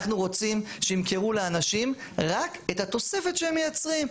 אנחנו רוצים שימכרו לאנשים רק את התוספת שהם מייצרים.